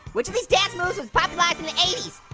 which of these dance moves was popularized in the eighty s.